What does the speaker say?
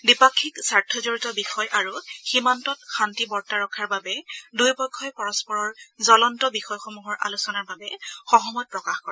দ্বিপাক্ষিক স্বাৰ্থজড়িত বিষয় আৰু সীমান্তত শান্তি বৰ্তাই ৰখাৰ বাবে দুয়ো পক্ষই পৰস্পৰৰ জলন্ত বিষয়সমূহৰ আলোচনাৰ বাবে সহমত প্ৰকাশ কৰে